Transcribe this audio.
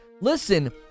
Listen